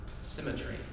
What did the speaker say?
symmetry